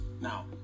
Now